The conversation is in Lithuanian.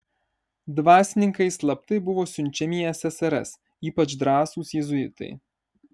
dvasininkai slaptai buvo siunčiami į ssrs ypač drąsūs jėzuitai